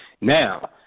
Now